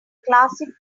classic